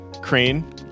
Crane